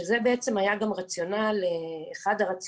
שזה בעצם היה גם אחד הרציונאליים,